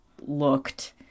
looked